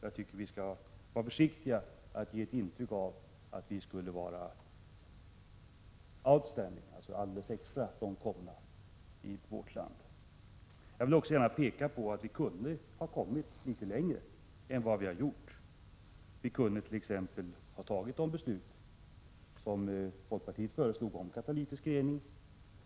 Jag tycker att vi därför skall vara försiktiga med att göra intryck av att vi skulle vara outstanding, alltså alldeles extra långt komna i vårt land. Jag vill också gärna peka på att vi kunde ha kommit litet längre än vad vi har gjort. Vi kunde t.ex. ha fattat det beslut som folkpartiet lade fram om katalytisk rening.